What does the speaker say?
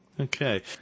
Okay